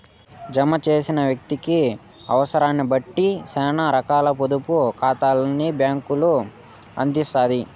జమ చేసిన వ్యక్తి అవుసరాన్నిబట్టి సేనా రకాల పొదుపు కాతాల్ని బ్యాంకులు అందిత్తాయి